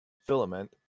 filament